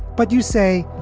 but you say,